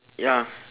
ya